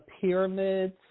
pyramids